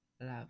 love